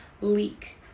leak